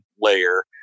layer